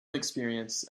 experience